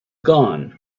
gone